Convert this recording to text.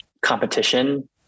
competition